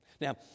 Now